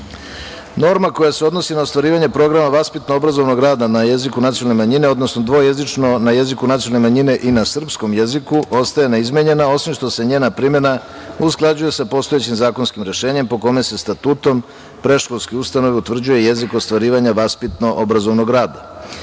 koja se odnosi na ostvarivanje programa vaspitno-obrazovnog rada na jeziku nacionalne manjine, odnosno dvojezično na jeziku nacionalne manjine i na srpskom jeziku ostaje neizmenjena, osim što se njena primena usklađuje sa postojećim zakonskim rešenjem po kome se statutom predškolske ustanove utvrđuje jezik ostvarivanja vaspitno-obrazovnog rada.U